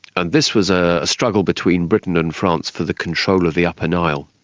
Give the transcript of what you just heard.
and this was a struggle between britain and france for the control of the upper nile.